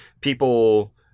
people